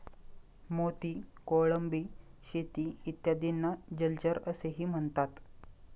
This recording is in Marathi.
मोती, कोळंबी शेती इत्यादींना जलचर असेही म्हणतात